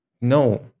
no